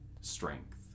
strength